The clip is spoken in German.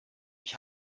ich